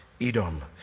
Edom